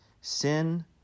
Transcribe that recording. Sin